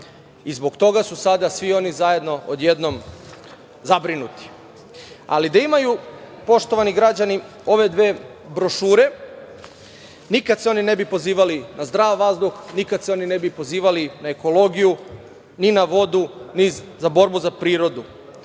Zbog toga su sada svi oni zajedno odjednom zabrinuti. Da imaju, poštovani građani, ove dve brošure, nikad se oni ne bi pozivali na zdrav vazduh, nikad se oni ne bi pozivali na ekologiju, ni na vodu, ni na borbu za prirodu,